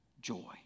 joy